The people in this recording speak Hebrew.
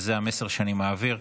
וזה המסר שאני מעביר: